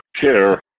care